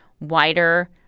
wider